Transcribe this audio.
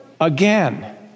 again